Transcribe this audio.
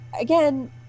again